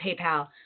PayPal